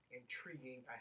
intriguing